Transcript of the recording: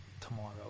tomorrow